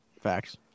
Facts